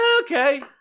okay